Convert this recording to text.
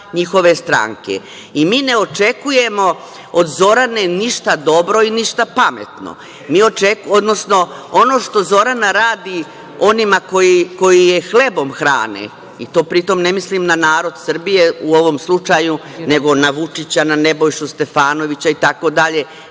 ne očekujemo od Zorane ništa dobro i ništa pametno. Odnosno, ono što Zorana radi onima koji je hlebom hrane, pri tom ne mislim na narod Srbije u ovom slučaju, nego na Vučića, na Nebojšu Stefanovića itd,